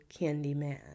Candyman